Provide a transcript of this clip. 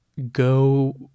go